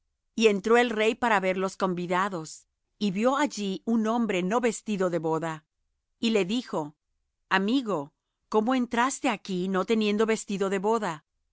y entró el rey para ver los convidados y vió allí un hombre no vestido de boda y le dijo amigo cómo entraste aquí no teniendo vestido de boda